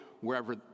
wherever